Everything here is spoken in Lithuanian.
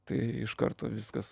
tai iš karto viskas